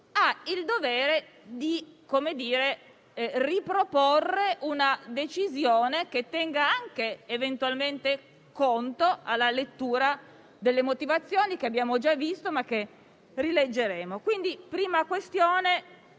il dovere di riproporre una decisione che tenga eventualmente conto, alla lettura, delle motivazioni che abbiamo già visto e che rileggeremo. La prima questione